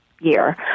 year